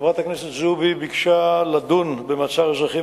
חברת הכנסת זועבי ביקשה לדון במצב אזרחים